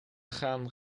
gaan